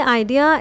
idea